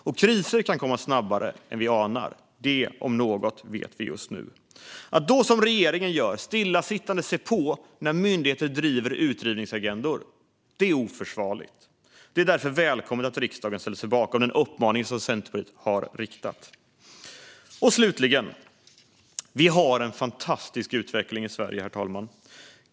Och kriser kan komma snabbare än vi anar - det om något vet vi just nu. Att då som regeringen stillasittande se på när myndigheter driver utrivningsagendor är oförsvarligt. Det är därför välkommet att riksdagen ställer sig bakom uppmaningen från Centerpartiet. Slutligen - vi har en fantastisk utveckling i Sverige, herr talman.